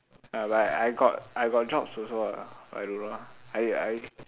ya but I got I got jobs also ah but I don't know ah I I